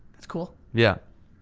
that's cool. yeah.